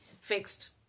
fixed